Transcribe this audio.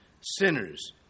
sinners